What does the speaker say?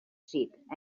sheep